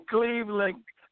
Cleveland